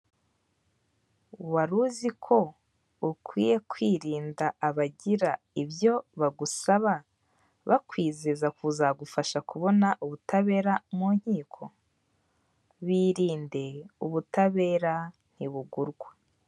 Wari uzi ko ukwiye kwirinda abagira ibyo bagusaba bakwizeza kuzagufasha kubona ubutabera mu nkiko, birinde ubutabera ntibugurwa.